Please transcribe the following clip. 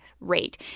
rate